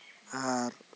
ᱟᱨ